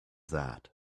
that